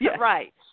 Right